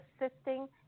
assisting